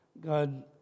God